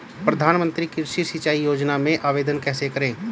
प्रधानमंत्री कृषि सिंचाई योजना में आवेदन कैसे करें?